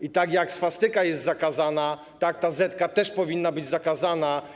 I tak jak swastyka jest zakazana, tak zetka też powinna być zakazana.